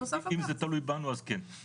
ונוסף על כך -- אם זה תלוי בנו אז כן.